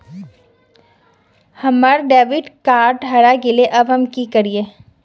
हमर debit card हरा गेले अब हम की करिये?